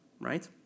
right